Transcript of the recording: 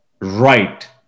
right